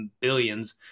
billions